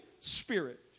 Spirit